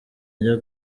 ajya